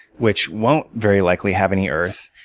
which won't very likely have any earth.